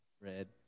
Red